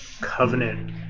covenant